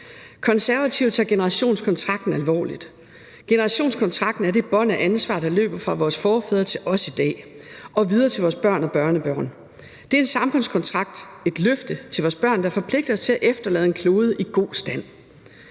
Konservative tager generationskontrakten alvorligt. Generationskontrakten er det bånd af ansvar, der løber fra vores forfædre til os i dag og videre til vores børn og børnebørn. Det er en samfundskontrakt, et løfte til vores børn, der forpligter os til at efterlade en klode i god stand.